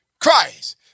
Christ